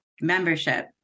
membership